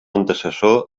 antecessor